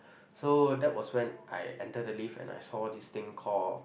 so that was when I enter the lift and I saw this thing call